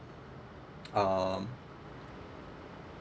um